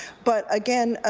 but, again,